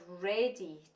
ready